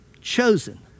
Chosen